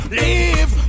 leave